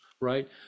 right